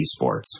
esports